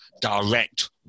direct